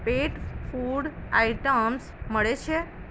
પેટ food items મળે છે